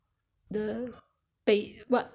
只是那个那个椰浆而已